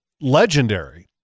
legendary